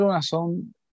son